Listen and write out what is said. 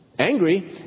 angry